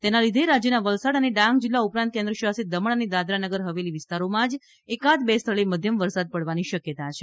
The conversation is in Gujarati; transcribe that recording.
તેના લીધે રાજ્યના વલસાડ અને ડાંગ જીલ્લા ઉપરાંત કેન્જશાસિત દમણ અને દાદરાનગર હવેલી વિસ્તારોમાં જ એકાદ બે સ્થળે મધ્યમ વરસાદ પડવાની શક્યતા છે